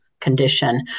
condition